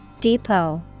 Depot